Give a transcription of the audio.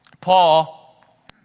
Paul